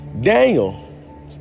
Daniel